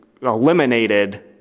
eliminated